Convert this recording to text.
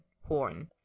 horn